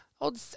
Old